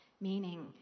meaning